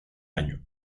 año